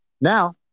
now